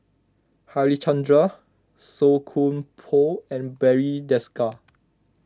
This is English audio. Harichandra Song Koon Poh and Barry Desker